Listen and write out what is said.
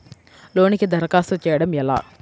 లోనుకి దరఖాస్తు చేయడము ఎలా?